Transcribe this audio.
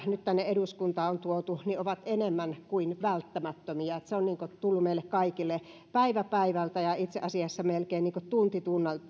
nyt tänne eduskuntaan on tuotu ovat enemmän kuin välttämättömiä se on tullut meille kaikille päivä päivältä ja itse asiassa melkein tunti